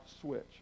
switch